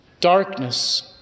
darkness